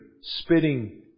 spitting